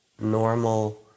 normal